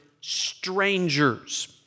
Strangers